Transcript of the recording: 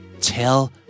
tell